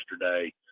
yesterday